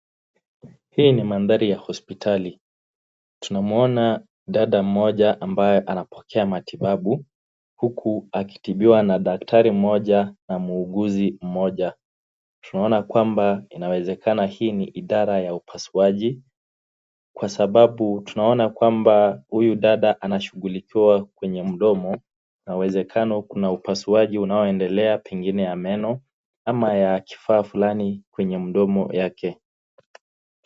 Hii ni mandhari ya hospitali. Tunamuona dada mmoja ambaye anapokea matibabu, huku akitibiwa na daktari mmoja na muuguzi mmoja. Tunaona kwamba inawezekana hii ni idara ya upasuaji kwa sababu tunaona kwamba huyu dada anashughulikiwa kwenye mdomo. Inawezekana kuna upasuaji unaoendelea pengine ya meno ama ya kifaa fulani kwenye mdomo yake.